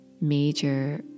major